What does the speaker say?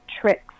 tricks